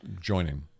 joining